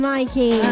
Mikey